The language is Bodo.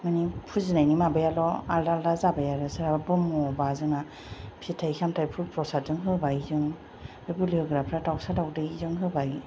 माने फुजिनायनि माबायाल' आलदा आलदा जाबाय आरो सोरहाबा ब्रह्म बा जोंहा फिथाय सामथायजों प्रसाद होबाय जोङो बे बुलिहोग्राफ्रा दाउसा दाउदै जों होबाय